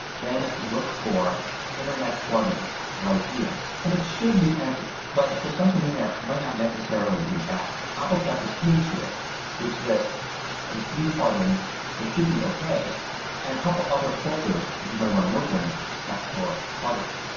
then look for internet plug-ins right here. it should be empty. but if something in there it might not necessarily be bad. apple's got this page here which lists a few plug-ins that should be okay and a couple other folders that you may want to look in to check for plug-ins.